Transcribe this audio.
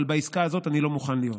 אבל בעסקה הזאת אני לא מוכן להיות.